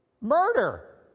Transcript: murder